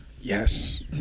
Yes